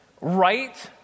right